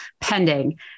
pending